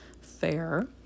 fair